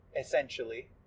essentially